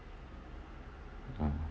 ah